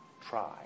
try